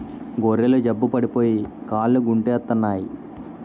గొర్రెలు జబ్బు పడిపోయి కాలుగుంటెత్తన్నాయి